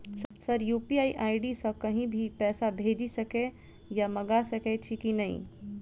Sir UPI ID सँ कहि भी पैसा भेजि सकै या मंगा सकै छी की न ई?